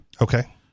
Okay